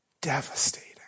devastating